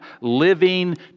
living